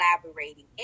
collaborating